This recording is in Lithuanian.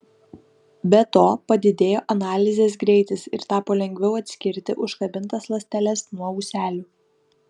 be to padidėjo analizės greitis ir tapo lengviau atskirti užkabintas ląsteles nuo ūselių